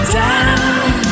down